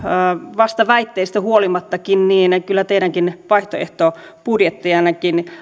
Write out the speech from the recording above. vastaväitteistä huolimattakin kyllä teidänkin vaihtoehtobudjettejanne